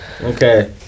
Okay